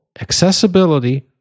accessibility